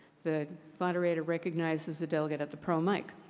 the moderator recognizes the delegate at the pro mic.